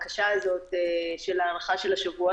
לאפשר פתיחה של המשק ולמצוא כמה שיותר חולים ולבודד